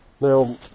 Now